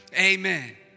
Amen